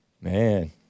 Man